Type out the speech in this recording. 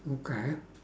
okay